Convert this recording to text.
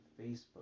Facebook